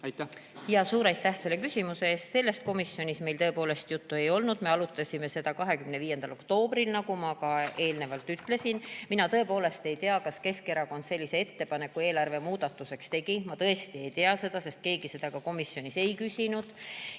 Suur aitäh selle küsimuse eest! Sellel komisjoni istungil meil tõepoolest sellest juttu ei olnud. Me arutasime seda 25. oktoobril, nagu ma ka eelnevalt ütlesin. Mina tõepoolest ei tea, kas Keskerakond sellise ettepaneku eelarvemuudatuseks tegi, ma tõesti ei tea seda, sest keegi seda ka komisjonis ei küsinud. Mis